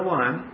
one